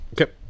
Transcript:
Okay